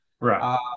Right